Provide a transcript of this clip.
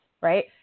Right